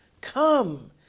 come